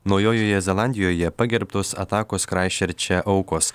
naujojoje zelandijoje pagerbtos atakos kraisčerče aukos